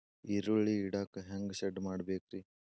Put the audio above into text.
ಈರುಳ್ಳಿ ಇಡಾಕ ಹ್ಯಾಂಗ ಶೆಡ್ ಮಾಡಬೇಕ್ರೇ?